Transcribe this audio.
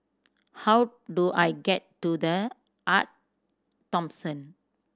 how do I get to The Arte Thomson